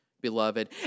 beloved